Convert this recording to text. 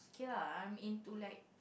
okay lah I am into like